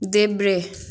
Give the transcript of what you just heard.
देब्रे